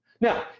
Now